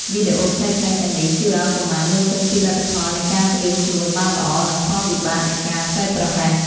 វីដេអូខ្លីៗទាំងនេះជួយឱ្យកុមារមើលឃើញពីលទ្ធផលនៃការត្រៀមខ្លួនបានល្អ និងផលវិបាកនៃការធ្វេសប្រហែស។